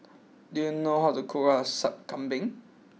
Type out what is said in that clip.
do you know how to cook Sup Kambing